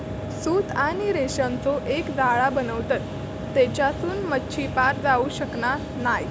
सूत आणि रेशांचो एक जाळा बनवतत तेच्यासून मच्छी पार जाऊ शकना नाय